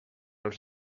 als